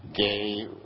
gay